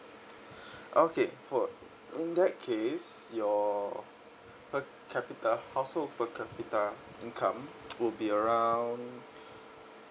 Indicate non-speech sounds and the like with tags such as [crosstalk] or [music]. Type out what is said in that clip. [breath] okay for in that case your per capita household per capita income would be around